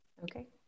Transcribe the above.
Okay